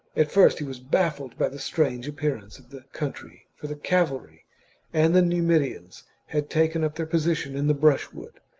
at first he was baffled by the strange appearance of the country, for the cavalry and the numidians had taken up their position in the brushwood,